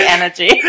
energy